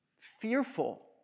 fearful